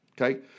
Okay